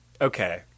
Okay